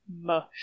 Mush